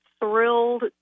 Thrilled